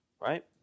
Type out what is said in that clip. right